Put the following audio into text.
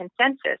consensus